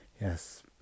Yes